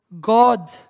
God